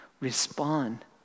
respond